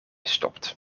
stopt